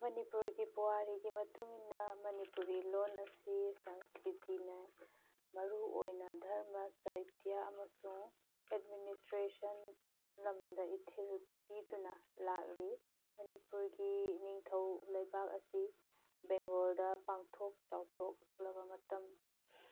ꯃꯅꯤꯄꯨꯔꯒꯤ ꯄꯨꯋꯥꯔꯤꯒꯤ ꯃꯇꯨꯡ ꯏꯟꯅ ꯃꯅꯤꯄꯨꯔꯤ ꯂꯣꯟ ꯑꯁꯤ ꯁꯟꯁ꯭ꯀ꯭ꯔꯤꯇꯤꯅ ꯃꯔꯨ ꯑꯣꯏꯅ ꯙꯔꯃ ꯁꯥꯍꯤꯇꯤꯌꯥ ꯑꯃꯁꯨꯡ ꯑꯦꯗꯤꯅꯤꯁꯇ꯭ꯔꯦꯁꯟ ꯂꯝꯗ ꯏꯊꯤꯜ ꯄꯤꯗꯨꯅ ꯂꯥꯛꯂꯤ ꯃꯅꯤꯄꯨꯔꯒꯤ ꯅꯤꯡꯊꯧ ꯂꯩꯕꯥꯛ ꯑꯁꯤ ꯕꯦꯡꯒꯣꯜꯗ ꯄꯥꯡꯊꯣꯛ ꯆꯥꯎꯊꯣꯛꯂꯕ ꯃꯇꯝ